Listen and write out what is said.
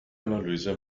analyse